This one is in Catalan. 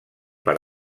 per